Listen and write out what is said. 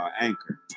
Anchor